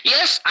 Yes